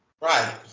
Right